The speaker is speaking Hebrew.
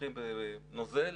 המשטחים בנוזל,